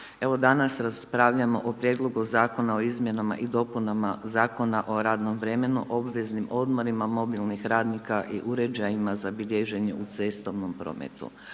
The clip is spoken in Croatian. Evo danas raspravljamo o Prijedlogu zakona o Izmjenama i dopunama zakona o radnom vremenu, obveznim odmorima mobilnih radnika i uređajima za bilježenje u cestovnom prometu.